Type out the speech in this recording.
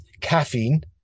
caffeine